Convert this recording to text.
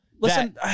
listen